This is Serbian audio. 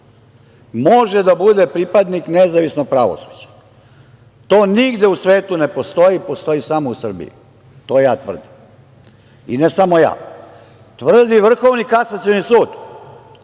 može da bude pripadnik nezavisnog pravosuđa? To nigde u svetu ne postoji, postoji samo u Srbiji. To ja tvrdim i ne samo ja. Tvrdi i Vrhovni kasacioni